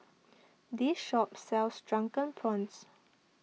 this shop sells Drunken Prawns